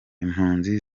impunzi